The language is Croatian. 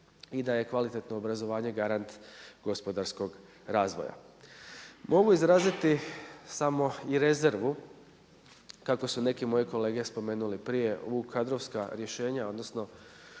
i da je kvalitetno obrazovanje garant gospodarskog razvoja. Mogu izraziti samo i rezervu kako su neki moje kolege spomenuli prije u kadrovska rješenja odnosno